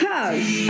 Cause